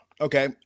Okay